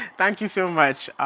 thank you so much.